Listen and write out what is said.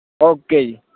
okay ਜੀ